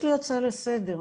יש לי הצעה לסדר.